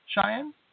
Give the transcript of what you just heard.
Cheyenne